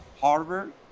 Harvard